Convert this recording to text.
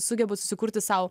sugebu susikurti sau